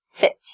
fits